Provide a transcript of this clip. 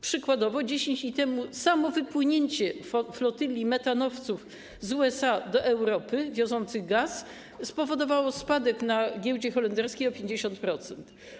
Przykładowo - 10 dni temu samo wypłynięcie flotylli metanowców z USA do Europy wiozących gaz spowodowało spadek na giełdzie holenderskiej o 50%.